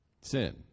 sin